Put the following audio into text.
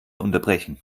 unterbrechen